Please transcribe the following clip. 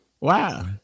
Wow